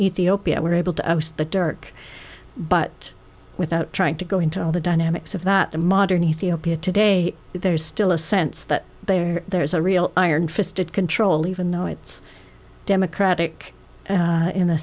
ethiopia were able to use the dark but without trying to go into all the dynamics of that modern ethiopia today there is still a sense that there there is a real iron fisted control even though it's democratic in the